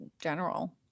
general